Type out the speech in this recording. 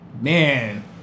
Man